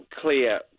clear